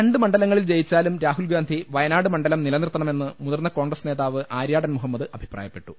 രണ്ട് മണ്ഡലങ്ങളിൽ ജയിച്ചാലും രാഹുൽഗാന്ധി വയനാട് മണ്ഡലം നിലനിർത്തണമെന്ന് മുതിർന്ന കോൺഗ്രസ് നേതാവ് ആര്യാടൻ മുഹമ്മദ് അഭിപ്രായ പ്പെട്ടു